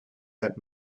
that